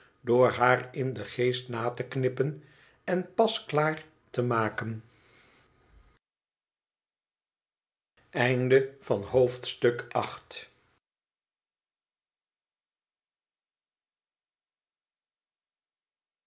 door haar in den geest na te knippen en pasklaar te maken